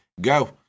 Go